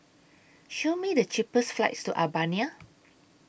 Show Me The cheapest flights to Albania